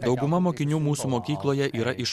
dauguma mokinių mūsų mokykloje yra iš